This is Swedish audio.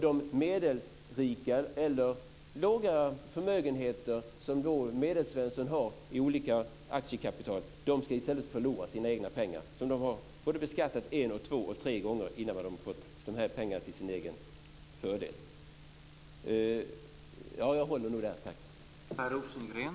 De medelrika och de med sådana låga förmögenheter som Medelsvensson har i olika aktiekapital ska i stället förlora sina egna pengar som de har beskattat både en, två och tre gånger innan de fått dem.